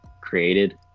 created